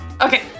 okay